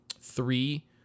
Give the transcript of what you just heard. three